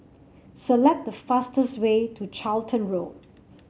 select the fastest way to Charlton Road